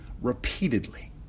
repeatedly